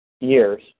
years